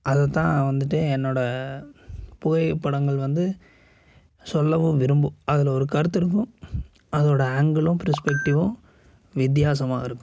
அதைத்தான் வந்துட்டு என்னோடய புகைப்படங்கள் வந்து சொல்லவும் விரும்பும் அதில் ஒரு கருத்து இருக்கும் அதோடய ஆங்கிளும் பிரெஸ்பெக்ட்டிவ்வும் வித்தியாசமாக இருக்கும்